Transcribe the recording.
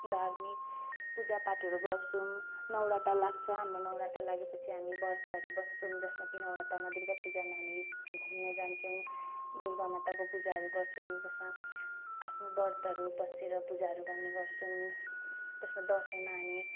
धार्मिक पूजा पाठहरू गर्छौँ नौरथा लाग्छ हाम्रो नौरथा लागे पछि हामी व्रतहरू बस्छौँ जसमा कि नौरथामा दुर्गा पूजामा हामी घुम्नु जान्छौँ दुर्गा माताको पूजाहरू गर्छोँ त्यसमा आफ्नो व्रतहरू बसेर पूजाहरू गर्ने गर्छौँ त्यसमा दसैँमा हामी